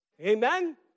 Amen